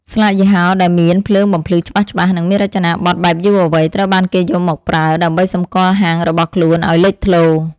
ស្លាកយីហោដែលមានភ្លើងបំភ្លឺច្បាស់ៗ និងមានរចនាប័ទ្មបែបយុវវ័យត្រូវបានគេយកមកប្រើ ដើម្បីសម្គាល់ហាងរបស់ខ្លួនឱ្យលេចធ្លោ។